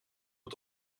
het